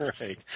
right